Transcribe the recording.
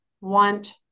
want